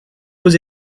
aux